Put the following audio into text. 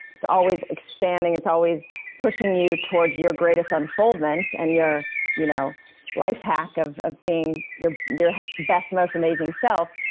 it's always expanding, it's always pushing you towards your greatest unfoldment and your you know life hack of of being your best best most amazing self,